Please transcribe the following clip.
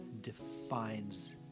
defines